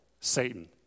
Satan